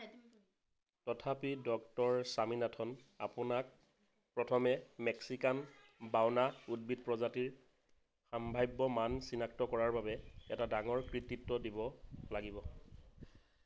তথাপি ডক্টৰ স্বামীনাথন আপোনাক প্ৰথমে মেক্সিকান বাওনা উদ্ভিদ প্ৰজাতিৰ সাম্ভাৱ্য মান চিনাক্ত কৰাৰ বাবে এটা ডাঙৰ কৃতিত্ব দিব লাগিব